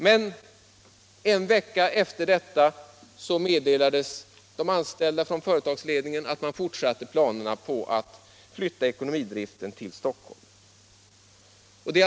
Men en vecka senare meddelade företagsledningen de anställda att planeringen att flytta ekonomidriften till Stockholm fortsatte.